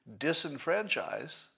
disenfranchise